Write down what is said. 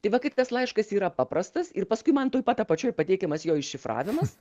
tai va kaip tas laiškas yra paprastas ir paskui man tuoj pat apačioj pateikiamas jo iššifravimas